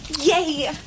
Yay